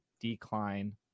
decline